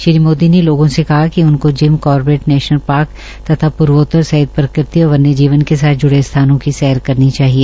श्री मोदी ने लोगों से कहा कि उनको Jim Corbett national park तथा पुर्वेत्तर सहित प्रकृति और वन्य जीवन के साथ जुड़े स्थानों की सैर करनी चाहिए